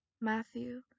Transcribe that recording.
matthew